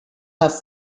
have